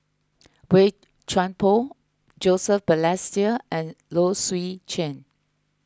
Boey Chuan Poh Joseph Balestier and Low Swee Chen